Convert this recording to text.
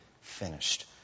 finished